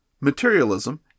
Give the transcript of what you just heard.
Materialism